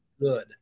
good